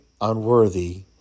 unworthy